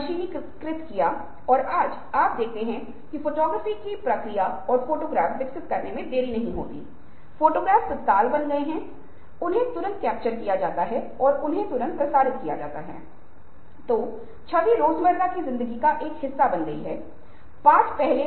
business school मे आपको समूह चर्चा केस स्टडी सिमुलेशन संरचित अभ्यास गहन घटनाएं और विवादास्पद बहस पाएंगे